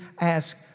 ask